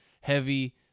heavy